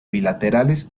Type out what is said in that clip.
bilaterales